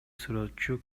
сүрөтчү